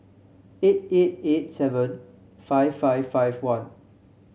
eight eight eight seven five five five one